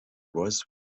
was